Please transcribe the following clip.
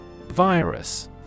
Virus